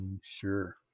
Sure